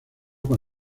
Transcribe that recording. con